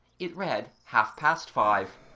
it read half-past five.